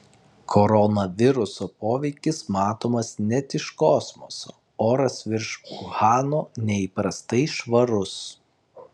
koronaviruso poveikis matomas net iš kosmoso oras virš uhano neįprastai švarus